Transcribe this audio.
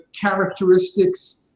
characteristics